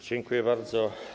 Dziękuję bardzo.